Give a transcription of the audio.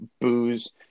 booze